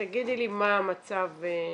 תגידי לי מה המצב אצלכם,